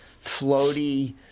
floaty